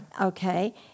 Okay